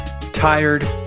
Tired